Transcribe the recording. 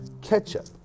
Ketchup